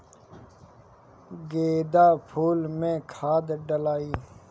गेंदा फुल मे खाद डालाई?